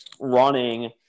running